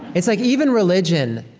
it's like even religion,